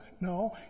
No